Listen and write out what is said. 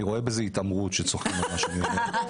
אני רואה בזה התעמרות, שצוחקים על מה שאני אומר.